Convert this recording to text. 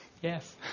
Yes